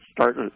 start